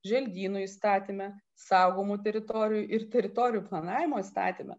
želdynų įstatyme saugomų teritorijų ir teritorijų planavimo įstatyme